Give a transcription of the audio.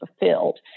fulfilled